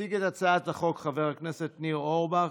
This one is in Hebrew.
יציג את הצעת החוק חבר הכנסת ניר אורבך,